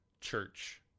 church